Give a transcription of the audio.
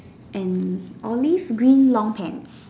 and Olive green long pants